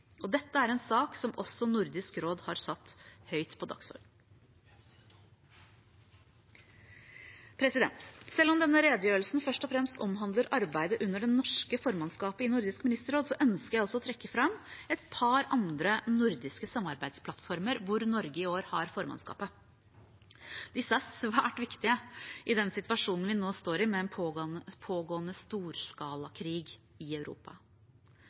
Dette er en sak som også Nordisk råd har satt høyt på dagsordenen. Selv om denne redegjørelsen først og fremst omhandler arbeidet under det norske formannskapet i Nordisk ministerråd, ønsker jeg også å trekke fram et par andre nordiske samarbeidsplattformer hvor Norge i år har formannskapet. Disse er svært viktige i den situasjonen vi nå står i, med en pågående storskala krig i Europa.